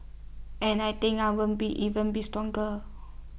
and I think I won't be even be stronger